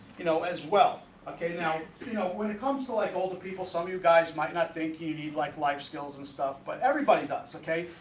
you know as well okay now you know when it comes to like all the people some of you guys might not think you need like life skills and stuff but everybody does okay?